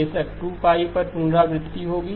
बेशक 2 पर पुनरावृत्ति होगी